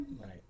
right